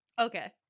Okay